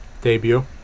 Debut